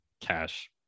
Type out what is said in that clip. cash